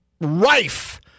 rife